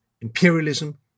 imperialism